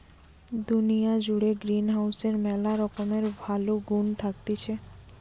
দুনিয়া জুড়ে গ্রিনহাউসের ম্যালা রকমের ভালো গুন্ থাকতিছে